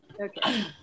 Okay